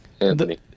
Anthony